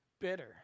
bitter